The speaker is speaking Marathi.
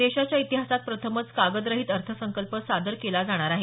देशाच्या इतिहासात प्रथमच कागद रहित अर्थसंकल्प सादर केला जाणार आहे